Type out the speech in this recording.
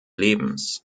lebens